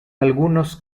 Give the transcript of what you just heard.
algunos